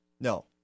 No